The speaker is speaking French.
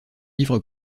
livres